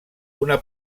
una